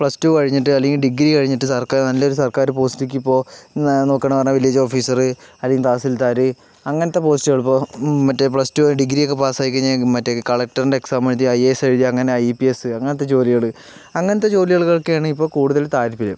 plus two കഴിഞ്ഞിട്ട് അല്ലെങ്കിൽ degree കഴിഞ്ഞിട്ട് സർക്കാർ നല്ലൊരു സർക്കാര് പോസ്റ്റിലേക്കിപ്പോൾ നോക്കുകയാണ് പറഞ്ഞാൽ ഇപ്പോൾ വില്ലേജ് ഓഫീസറ് അല്ലെങ്കിൽ തഹസിൽദാര് അങ്ങനത്തെ പോസ്റ്റുകളിപ്പോൾ ഉം മറ്റേ പ്ലസ് റ്റു ഡിഗ്രിയൊക്കെ പാസ്സായി കഴിഞ്ഞാൽ മറ്റേ കളക്ടറിൻ്റെ എക്സാം എഴുതി ഐ എ എസ് എഴുതി അങ്ങനെ ഐ പി എസ് അങ്ങനത്തെ ജോലികള് അങ്ങനത്തെ ജോലികൾക്കൊക്കെയാണ് ഇപ്പോൾ കൂടുതൽ താൽപര്യം